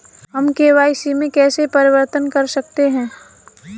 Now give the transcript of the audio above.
हम के.वाई.सी में कैसे परिवर्तन कर सकते हैं?